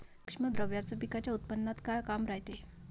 सूक्ष्म द्रव्याचं पिकाच्या उत्पन्नात का काम रायते?